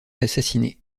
assassinée